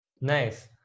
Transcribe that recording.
Nice